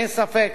אין ספק